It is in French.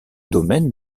domaines